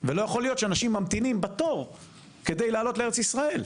ולא יכול להיות שאנשים ממתינים בתור כדי לעלות לארץ ישראל.